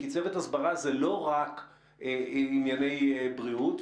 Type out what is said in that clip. כי צוות הסברה זה לא רק ענייני בריאות.